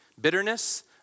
bitterness